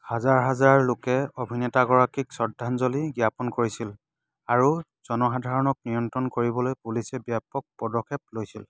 হাজাৰ হাজাৰ লোকে অভিনেতাগৰাকীক শ্ৰদ্ধাঞ্জলি জ্ঞাপন কৰিছিল আৰু জনসাধাৰণক নিয়ন্ত্ৰণ কৰিবলৈ পুলিচে ব্যাপক পদক্ষেপ লৈছিল